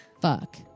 Fuck